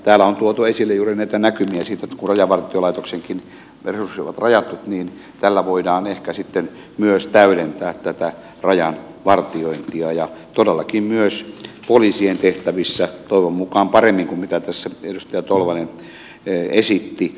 täällä on tuotu esille juuri näitä näkymiä siitä että kun rajavartiolaitoksenkin resurssit ovat rajatut niin tällä voidaan ehkä sitten myös täydentää tätä rajan vartiointia samoin todellakin myös poliisien tehtävissä toivon mukaan paremmin kuin mitä tässä edustaja tolvanen esitti